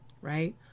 right